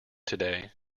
today